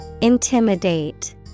Intimidate